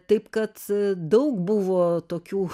taip kad daug buvo tokių